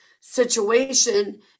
situation